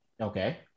Okay